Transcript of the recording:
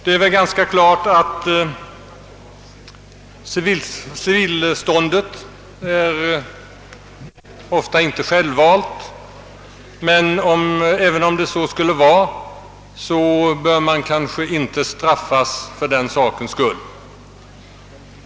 Det är väl ganska klart att civilståndet ofta inte är självvalt, men även om så skulle vara, bör man inte straffas för den sakens skull.